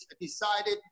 decided